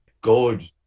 good